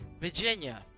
Virginia